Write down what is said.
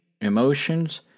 emotions